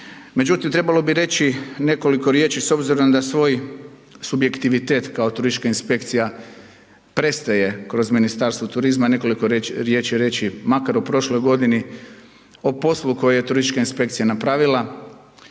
Međutim, trebalo bi reći nekoliko riječi s obzirom na svoj subjektivitet kao turistička inspekcija prestaje kroz Ministarstvo turizma, nekoliko riječi reći makar o prošloj godini, o poslu koji je turistička inspekcija napravila.